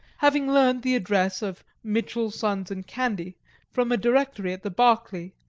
having learned the address of mitchell, sons, and candy from a directory at the berkeley,